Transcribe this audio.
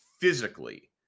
physically